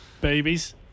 Babies